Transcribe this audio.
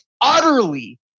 utterly